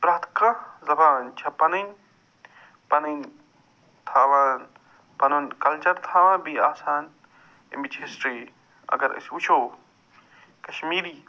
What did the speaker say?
پرٛٮ۪تھ کانٛہہ زبان چھےٚ پنٕنۍ پنٕنۍ تھاوان پنُن کلچر تھاوان بیٚیہِ آسان اَمِچ ہسٹرٛی اگر أسۍ وٕچھو کشمیری